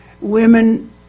women